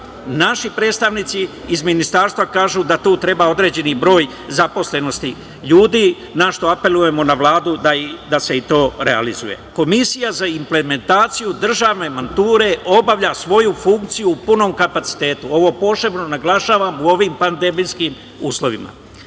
naši predstavnici iz Ministarstva kažu da tu treba određeni broj zaposlenosti ljudi, na šta apelujemo na Vladu da se i to realizuje. Komisija za implementaciju državne mature obavlja svoju funkciju u punom kapacitetu, ovo posebno naglašavam u ovim pandemijskim uslovima. Zaključno